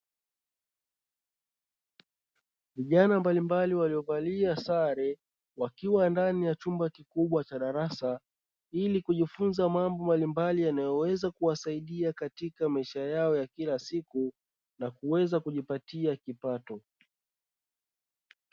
Vijana mbalimbali waliovalia sare, wakiwa ndani ya chumba kikubwa cha darasa, ili kujifunza mambo mbalimbali yanayoweza kuwasaida katika maisha yao ya kila siku, na kuweza kujipatia kipato.